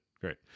Great